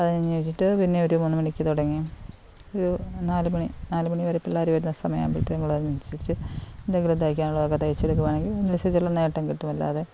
അതു കഴിഞ്ഞിട്ട് പിന്നെയൊരു മൂന്നുമണിക്ക് തുടങ്ങിയാല് ഒരു നാലുമണി നാലുമണിവരെ പിള്ളാരുവരുന്ന സമയമാവുമ്പോഴത്തേനുമനുസരിച്ച് എന്തെങ്കിലും തയ്ക്കാനുള്ളതൊക്കെ തയ്ച്ചേക്കുവാണെങ്കില് അതിനനുസരിച്ചുള്ള നേട്ടം കിട്ടും അല്ലാതെ